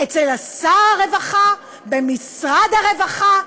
אצל שר הרווחה, במשרד הרווחה.